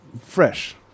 fresh